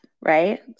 right